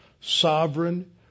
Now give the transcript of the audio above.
sovereign